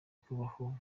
kubaho